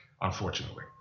unfortunately